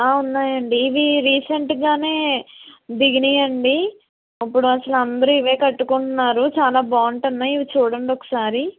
ఉన్నాయండి ఇవి రీసెంటుగానే దిగాయి అండి ఇప్పుడు అసలు అందరూ ఇవే కట్టుకుంటున్నారు చాలా బాగుంటున్నాయి ఇవి చూడండి ఒకసారి